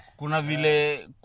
Kunavile